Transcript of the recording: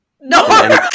No